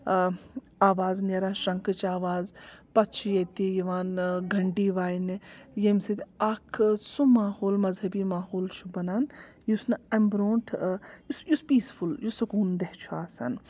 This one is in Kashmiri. آواز نیران شنٛکٕچ آواز پَتہٕ چھُ ییٚتہِ یِوان گنٹی واینہِ ییٚمہِ سۭتۍ اَکھ سُہ ماحول مذہبی ماحول چھُ بَنان یُس نہٕ اَمہِ برٛونٛٹھ یُس یُس پیٖسفُل یُس سکوٗن دَیٚہہ چھُ آسان